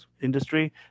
industry